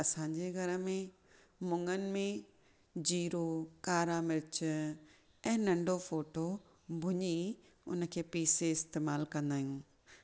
असांजे घर में मुङनि में जीरो कारा मिर्च ऐं नन्ढो फोटो भुञी हुनखे पिसे इस्तेमालु कंदा आहियूं